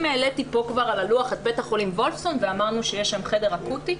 אם העליתי כבר על הלוח את בית החולים וולפסון ואמרנו שיש שם חדר אקוטי,